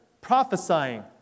prophesying